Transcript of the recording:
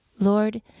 Lord